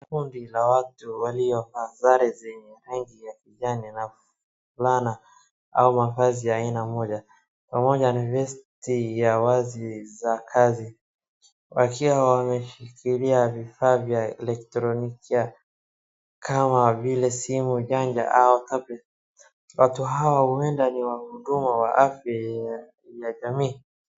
Kundi la watu waliovaa sare zenye rangi ya kijani na fulana ama vazi ya aina moja, pamoja ni vesti ya wazi za kazi, wakiwa wameshikilia vifaa vya elektronikia kama vile simu janja . Watu hawa huenda ni wahuduma wa afya ya jamii.